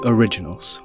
Originals